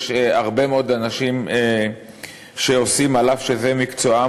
יש הרבה מאוד אנשים שאף שזה מקצועם,